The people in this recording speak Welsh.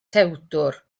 tewdwr